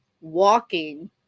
walking